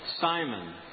Simon